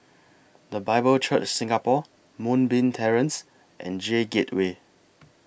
The Bible Church Singapore Moonbeam Terrace and J Gateway